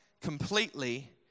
completely